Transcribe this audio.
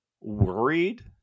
worried